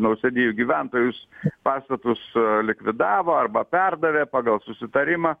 nausėdijų gyventojus pastatus likvidavo arba perdavė pagal susitarimą